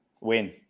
Win